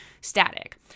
static